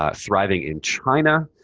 ah thriving in china,